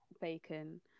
bacon